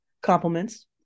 compliments